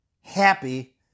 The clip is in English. happy